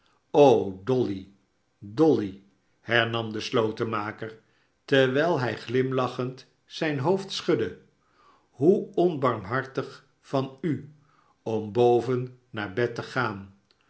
dolly dolly hernam de slotenmaker terwijl hij glimlachend zijn hoofd schudde hoe onbarmhartig an u om boven naar bed te gaan